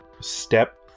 step